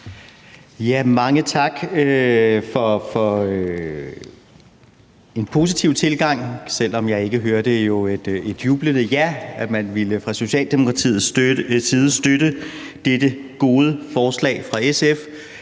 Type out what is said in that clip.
Mange tak for en positiv tilgang, selv om jeg jo ikke hørte et jublende ja til, at man fra Socialdemokratiets side ville støtte dette gode forslag fra SF.